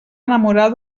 enamorar